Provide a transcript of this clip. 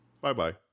Bye-bye